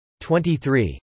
23